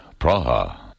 Praha